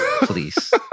Please